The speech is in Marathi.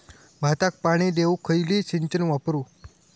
भाताक पाणी देऊक खयली सिंचन वापरू?